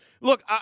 Look